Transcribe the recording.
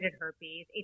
herpes